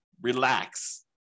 relax